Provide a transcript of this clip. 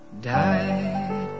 died